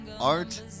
art